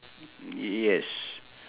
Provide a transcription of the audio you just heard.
yes